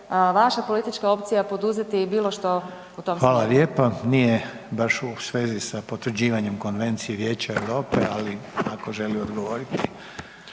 vaša politička opcija poduzeti bilo što u tom smjeru? **Reiner, Željko (HDZ)** Hvala lijepo. Nije baš u svezi sa potvrđivanjem Konvencije Vijeća Europe, ali ako želi odgovoriti